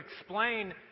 explain